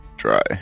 try